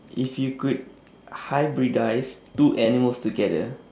if you could hybridise two animals together